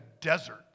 desert